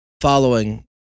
following